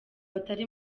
batari